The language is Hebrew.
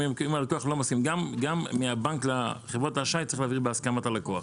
גם מהבנק לחברות האשראי צריך להעביר בהסכמת הלקוח.